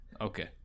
Okay